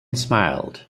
smiled